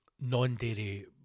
non-dairy